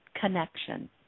connection